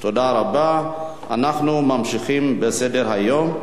ותעבור להמשך דיון,